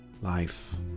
Life